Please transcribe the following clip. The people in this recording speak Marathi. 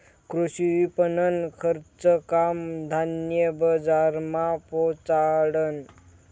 कृषी विपणननं खरं काम धान्य बजारमा पोचाडनं